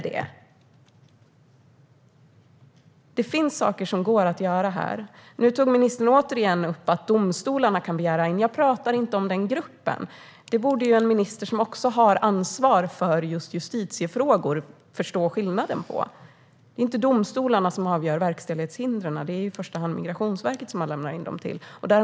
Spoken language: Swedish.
Det finns saker som kan göras. Ministern tog återigen upp att domstolarna kan göra en begäran. Jag pratar inte om den gruppen. En minister som har ansvar för justitiefrågor borde förstå skillnaden. Det är inte domstolarna som avgör verkställighetshindren, utan det är i första hand till Migrationsverket som de lämnas in.